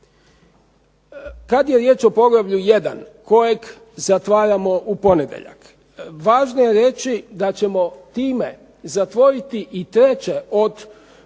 Kad je riječ o poglavlju 1. kojeg zatvaramo u ponedjeljak, važno je reći da ćemo time zatvoriti i treće od četiri